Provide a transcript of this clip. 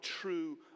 true